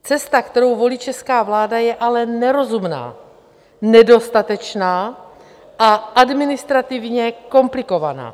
Cesta, kterou volí česká vláda je ale nerozumná, nedostatečná a administrativně komplikovaná.